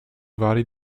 vari